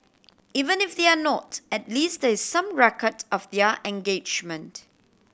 even if they're not at least there is some record of their engagement